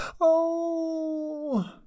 Oh